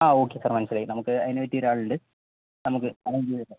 ആ okay sir മനസ്സിലായി നമുക്ക് അതിനുപറ്റിയ ഒരാളുണ്ട് നമുക്ക് അറേഞ്ച് ചെയ്യാം സർ